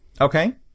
Okay